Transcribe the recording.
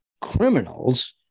criminals